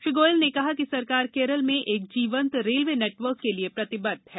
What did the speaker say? श्री गोयल ने कहा कि सरकार केरल में एक जीवंत रेलवे नेटवर्क के लिए प्रतिबद्ध है